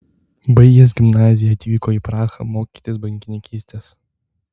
baigęs gimnaziją atvyko į prahą mokytis bankininkystės